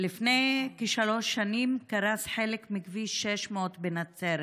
לפני כשלוש שנים קרס חלק מכביש 600 בנצרת,